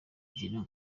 bashyira